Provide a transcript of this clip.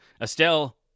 Estelle